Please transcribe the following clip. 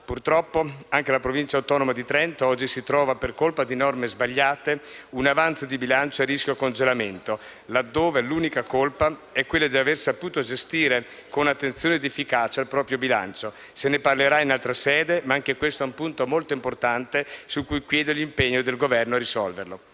Purtroppo, anche la Provincia autonoma di Trento oggi si trova, per colpa di norme sbagliate, un avanzo di bilancio a rischio congelamento, laddove l'unica colpa è quella di aver saputo gestire con attenzione ed efficacia il proprio bilancio. Se ne parlerà in altra sede, ma anche questo è un punto molto importante su cui chiedo l'impegno del Governo a risolverlo.